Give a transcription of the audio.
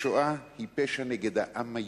השואה היא פשע נגד העם היהודי,